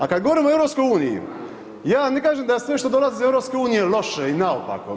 A kad govorimo o EU, ja ne kažem da je sve što dolazi iz EU loše i naopako.